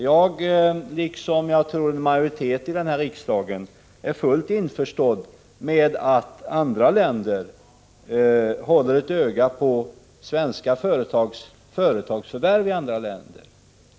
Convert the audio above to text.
Jag, liksom en majoritet i riksdagen, är fullt införstådd med att andra länder håller ett öga på svenska företags förvärv av företag i andra länder.